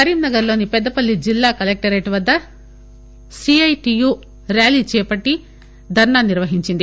కరీంనగర్లోని పెద్దపల్లి జిల్లా కలెక్టరేట్ వద్ద సిఐటియు ర్యారీ చేపట్టి ధర్నా నిర్వహించింది